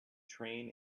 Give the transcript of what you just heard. train